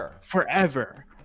forever